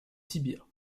tibia